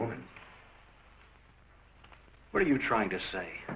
woman what are you trying to say